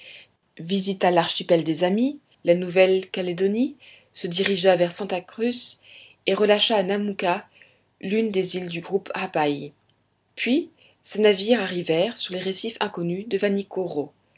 visita l'archipel des amis la nouvelle calédonie se dirigea vers santa cruz et relâcha à namouka l'une des îles du groupe hapaï puis ses navires arrivèrent sur les récifs inconnus de